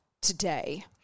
today